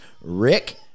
Rick